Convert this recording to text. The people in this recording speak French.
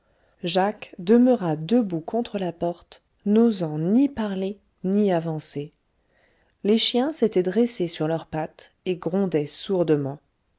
jacques demeura debout contre la porte n'osant ni parler ni avancer les chiens s'étaient dressés sur leurs pattes et grondaient